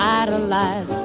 idolize